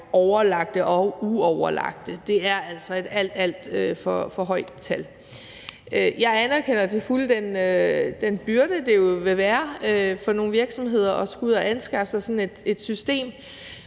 overlagte og uoverlagte. Det er altså et alt, alt for højt tal. Jeg anerkender til fulde den byrde, det jo vil være for nogle virksomheder at skulle ud at anskaffe sig sådan et system,